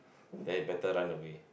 then better run away